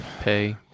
pay